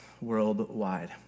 worldwide